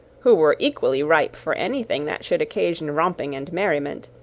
who were equally ripe for anything that should occasion romping and merriment,